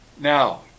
Now